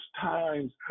times